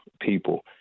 people